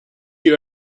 you